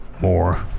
more